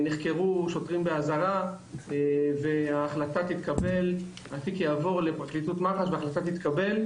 נחקרו שוטרים באזהרה והתיק יעבור לפרקליטות מח"ש וההחלטה תתקבל.